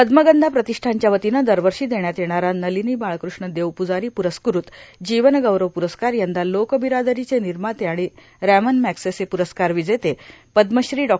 पद्मगंधा प्रांतष्ठानच्या वतीनं दरवर्षा देण्यात येणारा नालनी बाळकृष्ण देवपूजारां पुरस्कृत जीवन गौरव पुरस्कार यंदा लोर्काबरादरो चे र्मनमाते आर्गण रँमन मँगसेसे प्रस्कार विजेते पद्मश्री डॉ